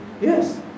Yes